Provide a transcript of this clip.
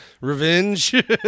Revenge